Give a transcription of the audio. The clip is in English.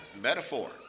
metaphor